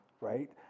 right